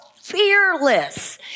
fearless